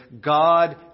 God